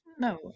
No